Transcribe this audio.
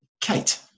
Kate